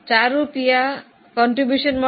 4 રૂપિયા ફાળો મળે છે